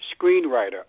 screenwriter